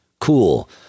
cool